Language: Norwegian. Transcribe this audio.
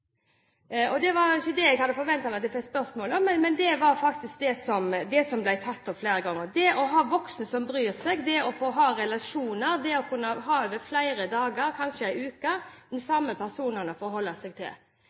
turnus. Det var ikke det jeg hadde forventet å få spørsmål om, men det var faktisk det som ble tatt opp flere ganger. Det å ha voksne som bryr seg, det å ha få relasjoner, det å kunne ha de samme personene å forholde seg til over flere dager, kanskje en uke,